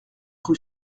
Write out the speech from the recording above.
rue